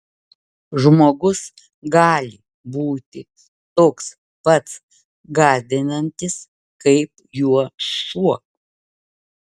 žmogus gali būti toks pats gąsdinantis kaip juo šuo